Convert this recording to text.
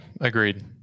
Agreed